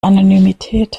anonymität